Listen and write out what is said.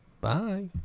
Bye